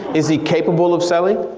is he capable of selling?